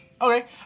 Okay